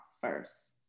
first